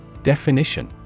Definition